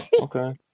Okay